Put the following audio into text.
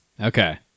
Okay